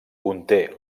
conté